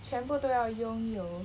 全部都要拥有